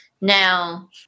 Now